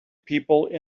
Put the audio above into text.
people